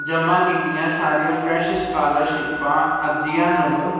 ਜਮਾਂ ਕੀਤੀਆਂ ਸਾਰੀਆਂ ਫਰੈਸ਼ ਸਕਾਲਰਸ਼ਿਪਾਂ ਅਰਜ਼ੀਆਂ ਨੂੰ